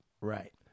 Right